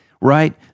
right